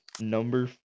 number